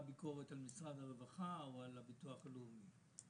ביקורת על משרד הרווחה או על הביטוח הלאומי.